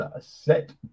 set